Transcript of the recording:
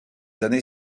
années